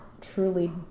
truly